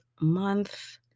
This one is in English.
month